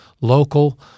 local